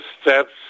steps